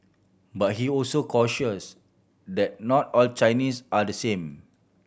but he also cautions that not all Chinese are the same